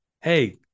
Hey